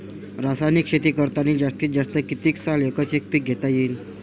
रासायनिक शेती करतांनी जास्तीत जास्त कितीक साल एकच एक पीक घेता येईन?